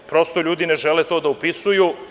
Prosto, ljudi ne žele to da upisuju.